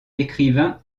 écrivain